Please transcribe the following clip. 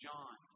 John